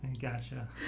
gotcha